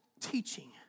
teaching